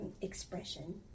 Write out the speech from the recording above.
expression